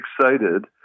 excited